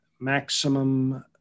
maximum